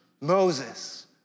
Moses